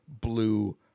blue